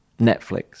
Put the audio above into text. Netflix